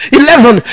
eleven